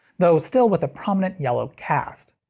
though still with a prominent yellow cast.